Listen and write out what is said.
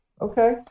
Okay